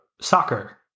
soccer